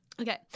okay